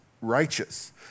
righteous